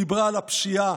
דיברה על הפשיעה.